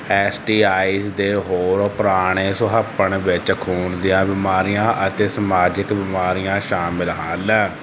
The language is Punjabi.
ਐਸ ਟੀ ਆਈਜ਼ ਦੇ ਹੋਰ ਪੁਰਾਣੇ ਸੁਹੱਪਣ ਵਿੱਚ ਖੂਨ ਦੀਆਂ ਬਿਮਾਰੀਆਂ ਅਤੇ ਸਮਾਜਿਕ ਬਿਮਾਰੀਆਂ ਸ਼ਾਮਲ ਹਨ